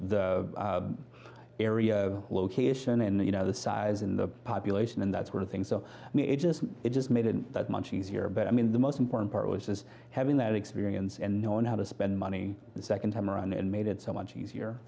the area location and you know the size in the population and that's where things are just it just made it that much easier but i mean the most important part was having that experience and knowing how to spend money the second time around and made it so much easier